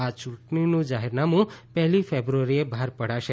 આ ચૂંટણીનું જાહેરનામું પહેલી ફેબ્રુઆરીએ બહાર પડશે